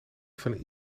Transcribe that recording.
van